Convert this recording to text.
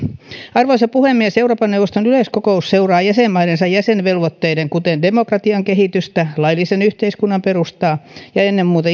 arvoisa puhemies euroopan neuvoston yleiskokous seuraa jäsenmaidensa jäsenvelvoitteiden toteutumista kuten demokratian kehitystä laillisen yhteiskunnan perustaa ja ennen muuta